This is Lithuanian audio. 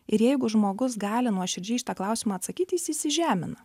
ir jeigu žmogus gali nuoširdžiai į šitą klausimą atsakyti jis įžemina